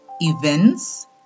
events